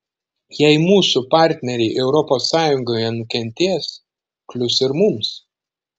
jei mūsų partneriai europos sąjungoje nukentės klius ir mums